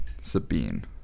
Sabine